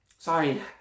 Sorry